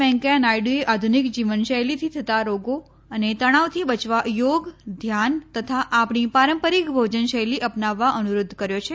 વેંકૈયા નાયડુએ આધુનિક જીવન શૈલીથી થતા રોગો અને તણાવથી બચવા યોગ ધ્યાન તથા આપણી પારંપરીક ભોજન શૈલી અપનાવવા અનુરોધ કર્યો છે